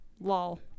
Lol